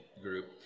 group